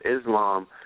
Islam